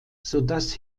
sodass